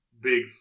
Big